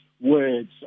words